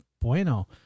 bueno